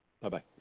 Bye-bye